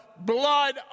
blood